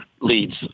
leads